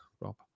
Rob